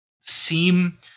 seem